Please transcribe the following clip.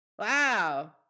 Wow